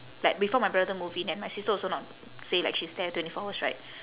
like before my brother move in and my sister also not say like she stay there twenty four hours right